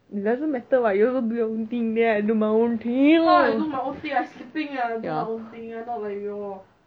it doesn't matter [what] you also do your own thing then I do my own thing